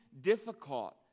difficult